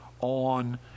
On